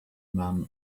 man